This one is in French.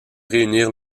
réunir